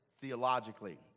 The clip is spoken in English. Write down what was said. theologically